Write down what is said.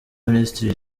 minisitiri